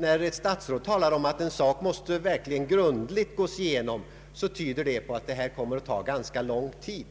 När ett statsråd talar om att en sak måste grundligt gås igenom, tyder det på att det kommer att ta ganska lång tid.